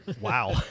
Wow